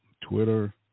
Twitter